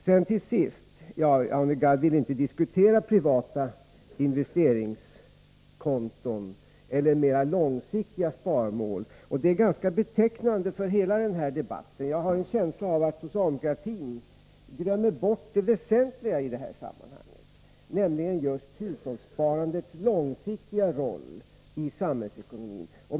Arne Gadd vill inte diskutera privata investeringskonton eller mera långsiktiga sparmål, och det är ganska betecknande för hela den här debatten. Jag har en känsla av att socialdemokratin glömmer bort det väsentliga i sammanhanget, nämligen just hushållssparandets långsiktiga roll i samhällsekonomin.